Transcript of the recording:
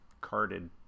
carded